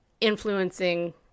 influencing